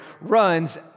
runs